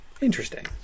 Interesting